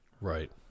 Right